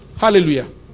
Hallelujah